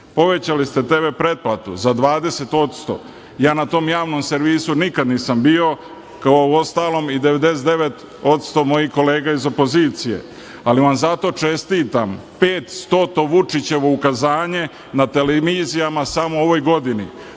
ste TV pretplatu za 20%. Ja na tom Javnom servisu nikada nisam bio, kao uostalom i 99% mojih kolega iz opozicije, ali vam zato čestitam petstoto Vučićevo ukazanje na televizijama samo u ovoj godini.